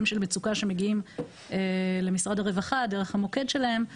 מצוקה שמגיעים למשרד הרווחה דרך המוקד שלהם,